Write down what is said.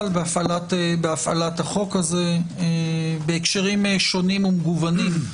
בהפעלת החוק הזה בהקשרים שונים ומגוונים.